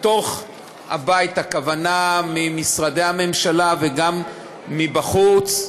מתוך הבית, הכוונה ממשרדי הממשלה, וגם מבחוץ.